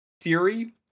Siri